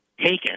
taken